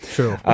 True